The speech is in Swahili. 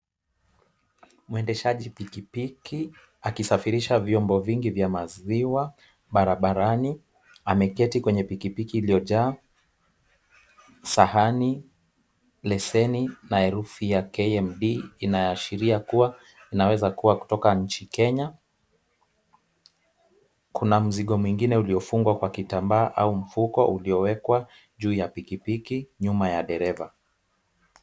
Mwendeshaji pikipiki akisafirisha vyombo vingi vya maziwa. Barabarani ameketi kwenye pikipiki iliyojaa sahani, leseni na herufi ya KMD inayoashiria kuwa inaweza kuwa kutoka nchi Kenya. Kuna mzigo mwingine uliofungwa kwa kitamba au mfuko uliowekwa juu ya pikipiki nyuma ya dereva.